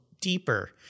deeper